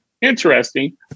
interesting